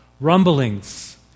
rumblings